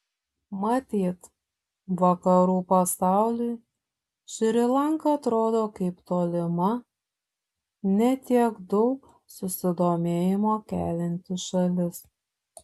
matyt vakarų pasauliui šri lanka atrodo kaip tolima ne tiek daug susidomėjimo kelianti šalis